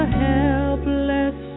helpless